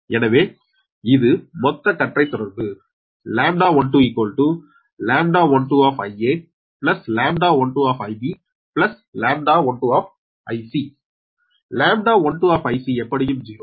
எனவே இது மொத்த கற்றைத் தொடர்பு λ12 λ12 λ12 λ12 λ12 எப்படியும் 0